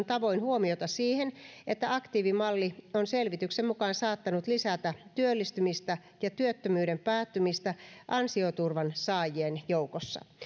tavoin huomiota siihen että aktiivimalli on selvityksen mukaan saattanut lisätä työllistymistä ja työttömyyden päättymistä ansioturvan saajien joukossa